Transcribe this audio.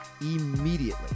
immediately